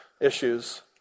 issues